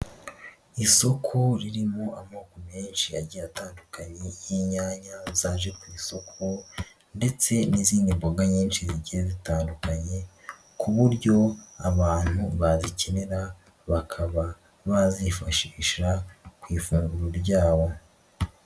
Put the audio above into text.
Isoko ririmo amoko menshi agiye atandukanye y'inyanya zaje ku isoko ndetse n'izindi mboga nyinshi zigiye zitandukanye ku buryo abantu bazikenera, bakaba bazifashisha ku ifunguro ryabo.